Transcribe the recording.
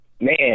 Man